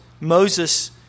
Moses